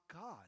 God